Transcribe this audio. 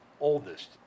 oldest